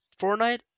Fortnite